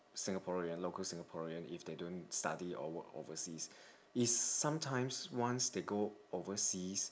singaporean local singaporean if they don't study or work overseas is sometimes once they go overseas